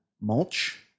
mulch